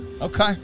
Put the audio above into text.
Okay